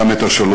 גם את השלום.